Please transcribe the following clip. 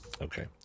Okay